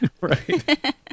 Right